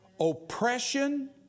oppression